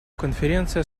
конференция